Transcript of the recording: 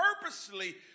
purposely